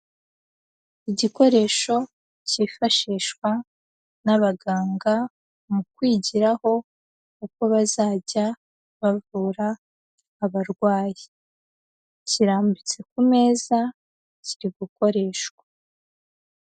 Igikoresho cyifashishwa n'abaganga mu kwigiraho uko bazajya bavura abarwayi, kirambitse ku meza kiri gukoreshwa.